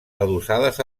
adossades